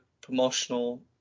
promotional